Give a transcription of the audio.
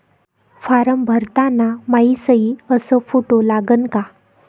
Form भरताना मायी सयी अस फोटो लागन का?